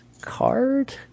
card